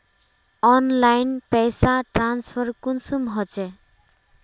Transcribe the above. Online पैसा transfer कुंसम होचे?